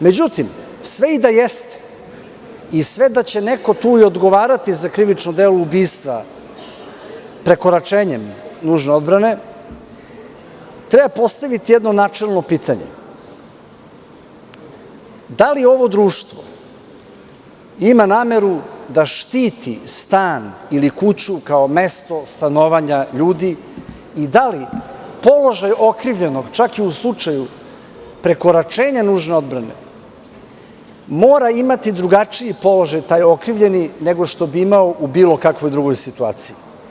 Međutim, sve i da jeste i sve da će neko tu i odgovarati za krivično delo ubistva prekoračenjem nužne odbrane, treba postaviti jedno načelno pitanje – da li ovo društvo ima nameru da štiti stan ili kuću kao mesto stanovanja ljudi i da li položaj okrivljenog, čak i u slučaju prekoračenja nužne odbrane, mora imati drugačiji položaj taj okrivljeni nego što bi imao u bilo kakvoj drugoj situaciji?